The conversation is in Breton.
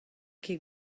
ket